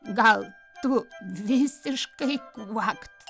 gal tu visiškai kvakt